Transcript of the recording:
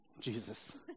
Jesus